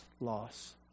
loss